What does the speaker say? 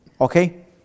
okay